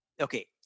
okay